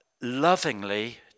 lovingly